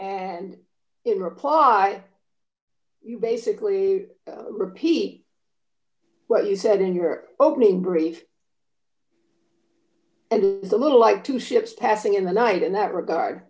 and in reply you basically repeat what you said in your opening brief and the little like two ships passing in the night in that regard